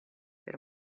per